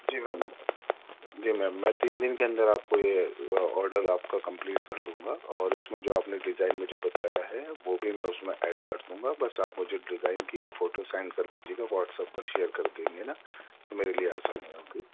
جی ma'am جی ma'am میں تین دن کے اندر آپ کو یہ آڈر آپ کا کمپلیٹ کر دوں گا اور اس میں جو آپ نے ڈیزائن مجھے بتایا ہے وہ بھی میں اس میں ایڈ کر دوں گا بس آپ مجھے ڈیزائن کی ایک فوٹو سینڈ کر دیجیے گا واٹس ایپ پر شیئر کر دیں گے نا تو میرے لیے آسانی ہوگی